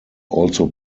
also